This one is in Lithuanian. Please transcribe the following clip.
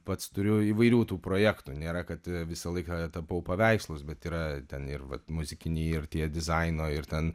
pats turiu įvairių tų projektų nėra kad visą laiką tapau paveikslus bet yra ten ir vat muzikiniai ir tie dizaino ir ten